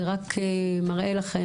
זה רק מראה לכם,